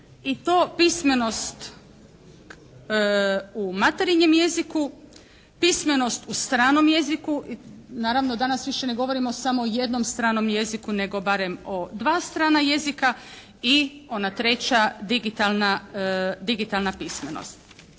i to pismenost u materinjem jeziku, pismenost u stranom jeziku. Naravno, danas više ne govorimo samo o jednom stranom jeziku nego barem o dva strana jezika. I ona treća digitalna pismenost.